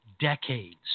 decades